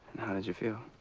did you feel?